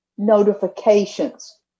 notifications